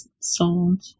sold